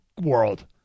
world